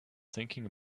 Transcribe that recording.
thinking